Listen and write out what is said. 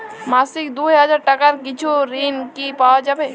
মাসিক দুই হাজার টাকার কিছু ঋণ কি পাওয়া যাবে?